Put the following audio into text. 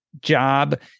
job